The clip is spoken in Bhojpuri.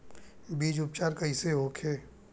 बीज उपचार कइसे होखे?